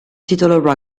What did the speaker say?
titolo